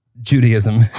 Judaism